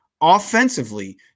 offensively